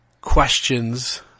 Questions